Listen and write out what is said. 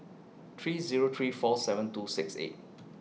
three Zero three four seven two six eight